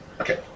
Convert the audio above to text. Okay